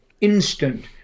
instant